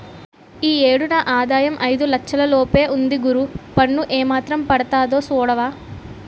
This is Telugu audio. ఈ ఏడు నా ఆదాయం ఐదు లచ్చల లోపే ఉంది గురూ పన్ను ఏమాత్రం పడతాదో సూడవా